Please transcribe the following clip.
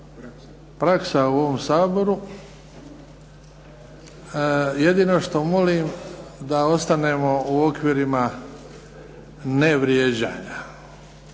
praksa u ovom Saboru jedino što molim da ostanemo u okvirima nevrijeđanja